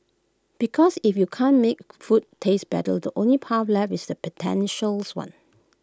because if you can't make food taste better the only path left is the pretentious one